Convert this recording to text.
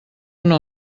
una